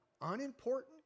unimportant